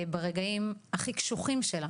ברגעים הכי קשוחים שלה,